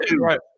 right